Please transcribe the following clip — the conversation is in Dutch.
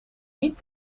niet